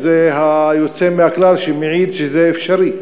וזה היוצא מן הכלל שמעיד שזה אפשרי.